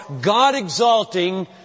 God-exalting